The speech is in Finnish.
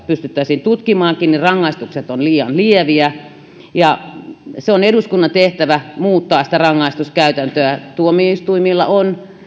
pystyttäisiin tutkimaankin niin rangaistukset ovat liian lieviä on eduskunnan tehtävä muuttaa sitä rangaistuskäytäntöä tuomioistuimilla on